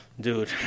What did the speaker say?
Dude